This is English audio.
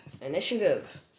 Initiative